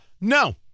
No